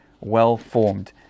well-formed